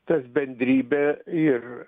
tas bendrybė ir